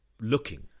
looking